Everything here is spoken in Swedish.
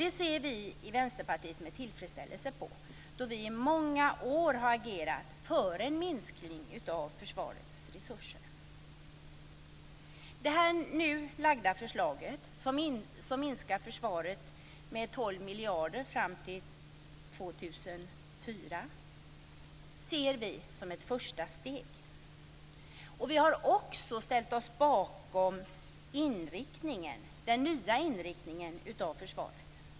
Det ser vi i Vänsterpartiet med tillfredsställelse på, då vi i många år har agerat för en minskning av försvarets resurser. Det nu framlagda förslaget, som minskar försvarsutgifterna med 12 miljarder fram till år 2004, ser vi som ett första steg. Vi har också ställt oss bakom den nya inriktningen av försvaret.